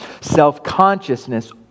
Self-consciousness